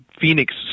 Phoenix